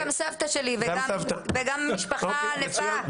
גם סבתא שלי וגם המשפחה הענפה.